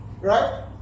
Right